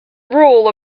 rule